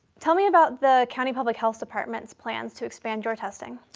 tell me about the county public health department's plans to expand your testing.